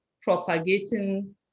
propagating